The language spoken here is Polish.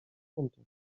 funtów